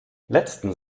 letzten